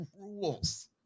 rules